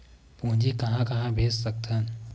पूंजी कहां कहा भेज सकथन?